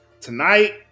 tonight